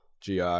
GI